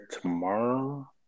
tomorrow